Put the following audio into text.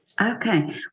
Okay